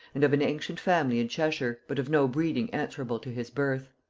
and of an ancient family in cheshire, but of no breeding answerable to his birth.